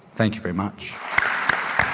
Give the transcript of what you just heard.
thank you very much